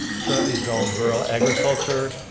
it's currently zoned rural agriculture,